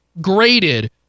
graded